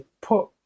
put